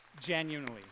genuinely